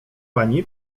pani